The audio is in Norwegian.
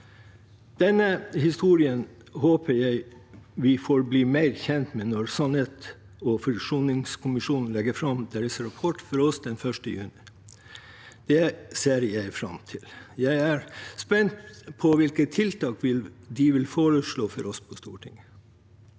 Denne historien håper jeg vi får bli mer kjent med når sannhets- og forsoningskommisjonen legger fram sin rapport for oss 1. juni. Det ser jeg fram til. Jeg er spent på hvilke tiltak de vil foreslå for oss på Stortinget.